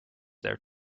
there